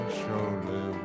surely